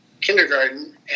kindergarten